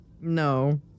No